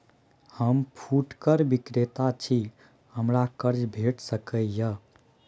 हम फुटकर विक्रेता छी, हमरा कर्ज भेट सकै ये?